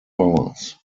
powers